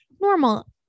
normal